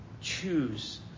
choose